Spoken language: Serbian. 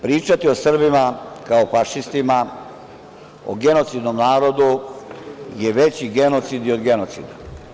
Pričati o Srbima kao fašistima, o genocidnom narodu, veći je genocid i od genocida.